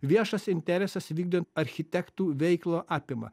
viešas interesas vykdant architektų veiklą apima